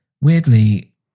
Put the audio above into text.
weirdly